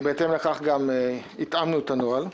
ובהתאם לכך גם התאמנו את הנוהל,